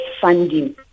funding